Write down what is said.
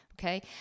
okay